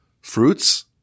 fruits